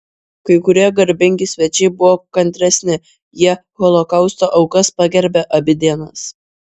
kai kurie garbingi svečiai buvo kantresni jie holokausto aukas pagerbė abi dienas